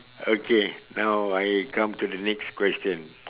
okay now I come to the next question